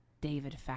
David